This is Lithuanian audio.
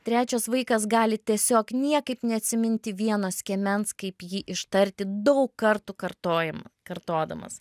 trečias vaikas gali tiesiog niekaip neatsiminti vieno skiemens kaip jį ištarti daug kartų kartojam kartodamas